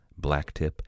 Blacktip